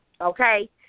Okay